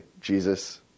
Jesus